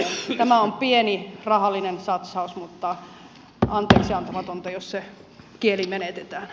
tämä on pieni rahallinen satsaus mutta anteeksiantamatonta jos se kieli menetetään